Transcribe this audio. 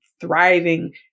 thriving